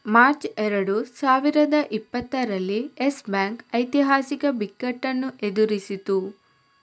March ಎರಡು ಸಾವಿರದ ಇಪ್ಪತ್ತರಲ್ಲಿ ಯೆಸ್ ಬ್ಯಾಂಕ್ ಐತಿಹಾಸಿಕ ಬಿಕ್ಕಟ್ಟನ್ನು ಎದುರಿಸಿತು